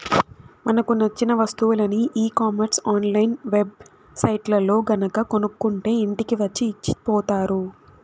మనకు నచ్చిన వస్తువులని e commerce online web సైట్లల్లో గనక కొనుక్కుంటే ఇంటికి వచ్చి ఇచ్చిపోతారు